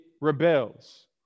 rebels